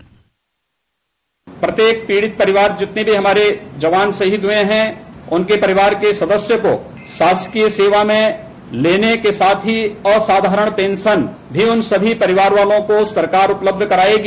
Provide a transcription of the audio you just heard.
bite प्रत्येक पीड़ित परिवार जितने भी हमारे जवान शहीद हुए है उनके परिवार के सदस्य को शासकीय सेवा में लेने के साथ ही असाधारण पेंशन भी उन सभी परिवार वालों को सरकार उपलब्ध करायेगी